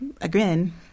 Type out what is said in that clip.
again